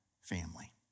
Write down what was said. family